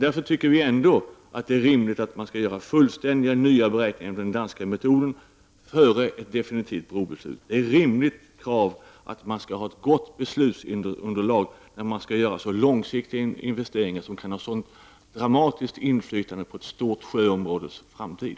Därför tycker vi i miljöpartiet att det skall göras fullständigt nya beräkningar med den danska metoden före ett definitivt brobeslut. Det är ett rimligt krav att man har ett gott beslutsunderlag när man skall göra så långsiktiga investeringar som kan ha ett sådant dramatiskt inflytande på ett stort sjöområdes framtid.